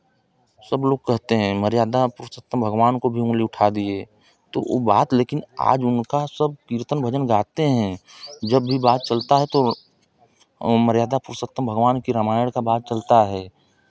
सब लोग कहते हैं मर्यादा पुरुषोत्तम राम पे भी उंगली उठा दिए तो वो बात लेकिन आज उनका सब कीर्तन भजन गाते हैं जब भी बात चलता है तो मर्यादा पुरुषोत्तम भगवान की रामायण का बात चलता है